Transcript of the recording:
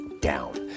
down